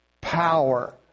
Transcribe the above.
power